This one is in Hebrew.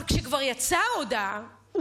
אבל כשכבר יצאה ההודעה,